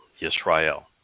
Yisrael